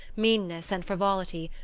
meanness and frivolity,